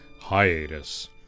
hiatus